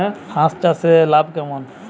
হাঁস চাষে লাভ কেমন?